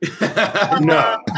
no